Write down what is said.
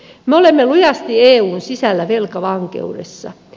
me olemme lujasti eun sisällä velkavankeudessa